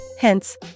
Hence